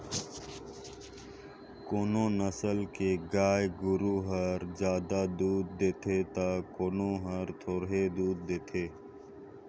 कोनो नसल के गाय गोरु हर जादा दूद देथे त कोनो हर थोरहें दूद देथे